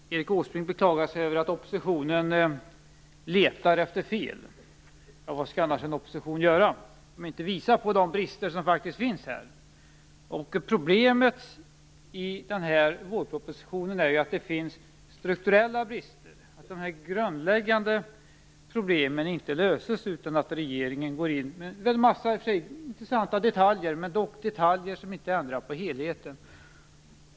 Herr talman! Erik Åsbrink beklagar sig över att oppositionen letar efter fel. Men vad skall en opposition göra om inte visa på brister som faktiskt finns? Problemet i den här vårpropositionen är att det finns strukturella brister. De grundläggande problemen löses inte, utan regeringen går in med en massa, i och för sig intressanta, detaljer som inte ändrar på helheten.